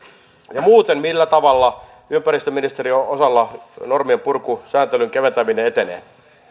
ja millä tavalla muuten ympäristöministeriön osalta normien purku sääntelyn keventäminen etenee